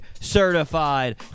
certified